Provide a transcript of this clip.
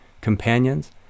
companions